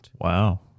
Wow